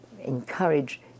encourage